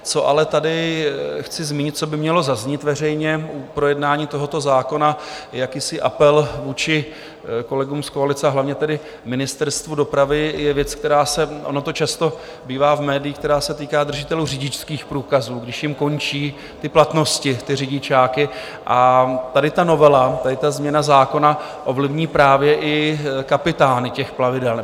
Co ale tady chci zmínit, co by mělo zaznít veřejně u projednání tohoto zákona, je jakýsi apel vůči kolegům z koalice, a hlavně tedy Ministerstvu dopravy, je věc ono to často bývá v médiích která se týká držitelů řidičských průkazů, když jim končí ty platnosti, ty řidičáky, a tady ta novela, tady ta změna zákona, ovlivní právě i kapitány těch plavidel.